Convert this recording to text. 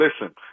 Listen